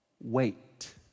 Wait